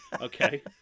Okay